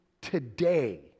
today